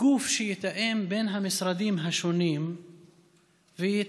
גוף שיתאם בין המשרדים השונים ויתכלל